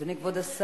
אדוני כבוד השר,